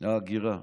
ההגירה,